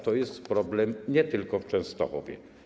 To jest problem nie tylko w Częstochowie.